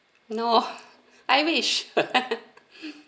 no I wish